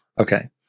Okay